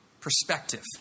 perspective